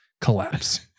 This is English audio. collapse